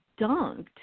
dunked